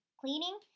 cleaning